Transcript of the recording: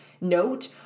Note